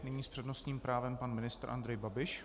Nyní s přednostním právem pan ministr Andrej Babiš.